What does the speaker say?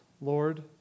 Lord